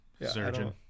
Surgeon